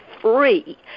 free